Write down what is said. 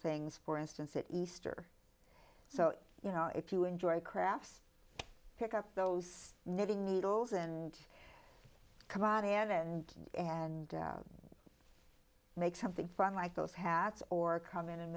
things for instance at easter so you know if you enjoy crafts pick up those knitting needles and karate have end and make something from like those hats or come in and